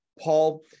Paul